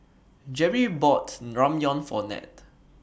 Jerri bought Ramyeon For Nat